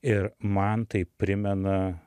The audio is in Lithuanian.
ir man tai primena